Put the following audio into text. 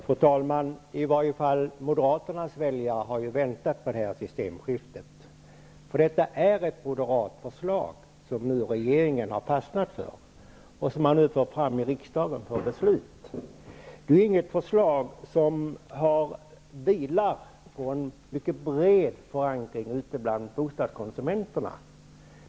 Fru talman! I varje fall Moderaternas väljare har väntat på det här systemskiftet. Detta är ett moderat förslag, som nu regeringen har fastnat för och som man nu för fram i riksdagen för beslut. Det är inget förslag som har en bred förankring bland bostadskonsumenterna.